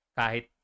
kahit